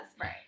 Right